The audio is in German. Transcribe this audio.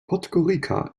podgorica